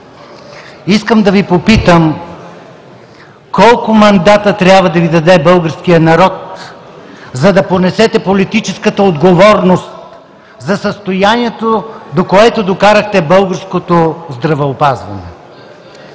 Искам да Ви попитам: колко мандата трябва да Ви даде българският народ, за да понесете политическата отговорност за състоянието, до което докарахте българското здравеопазване?